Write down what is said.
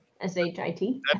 S-H-I-T